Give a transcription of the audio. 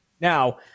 Now